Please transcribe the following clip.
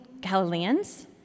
Galileans